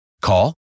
Call